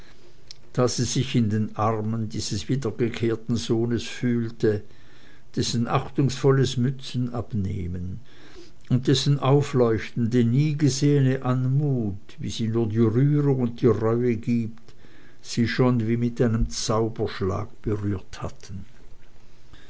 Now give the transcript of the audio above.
da sie sich in den armen dieses wiedergekehrten sohnes fühlte dessen achtungsvolles mützenabnehmen und dessen aufleuchtende nie gesehene anmut wie sie nur die rührung und die reue gibt sie schon wie mit einem zauberschlage berührt hatten